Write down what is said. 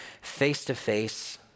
face-to-face